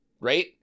right